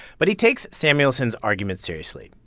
but he takes samuelson's argument seriously.